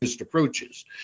approaches